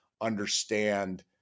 understand